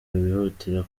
wihutira